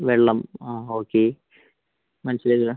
വെള്ളം ആ ഓക്കെ മനസ്സിലായില്ല